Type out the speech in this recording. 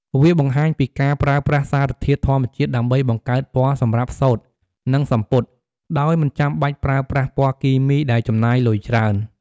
វាបង្ហាញពីការប្រើប្រាស់សារធាតុធម្មជាតិដើម្បីបង្កើតពណ៌សម្រាប់សូត្រនិងសំពត់ ដោយមិនចាំបាច់ប្រើប្រាស់ពណ៌គីមីដែលចំណាយលុយច្រើន។